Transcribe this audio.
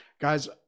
Guys